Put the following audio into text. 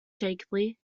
shakily